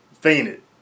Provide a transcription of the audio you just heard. fainted